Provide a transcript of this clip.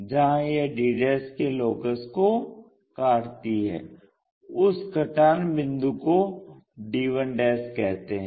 जहां यह d के लोकस को काटती है उस कटान बिंदु को d1 कहते हैं